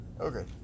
Okay